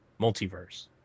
multiverse